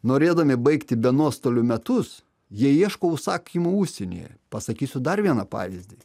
norėdami baigti be nuostolių metus jie ieško užsakymų užsienyje pasakysiu dar vieną pavyzdį